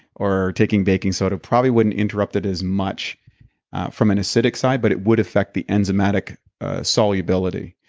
or taking baking soda probably wouldn't interrupt it as much from an acidic side, but it would affect the enzymatic solubility.